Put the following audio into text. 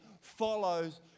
follows